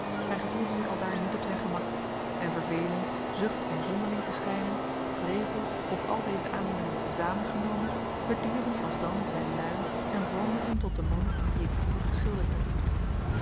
hij gevoelde zich aldaar niet op zijn gemak en verveling zucht om zonderling te schijnen wrevel of al deze aandoeningen te zamen genomen bedierven alsdan zijn luim en vormden hem tot den man dien ik vroeger geschilderd heb